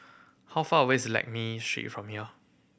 how far away is Lakme Street from here